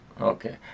Okay